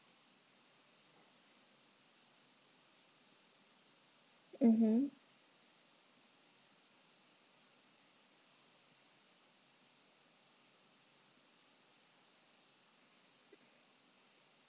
mmhmm